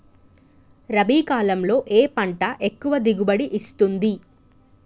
రబీ కాలంలో ఏ పంట ఎక్కువ దిగుబడి ఇస్తుంది?